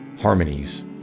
harmonies